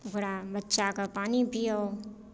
ओकरा बच्चाकेँ पानि पियाउ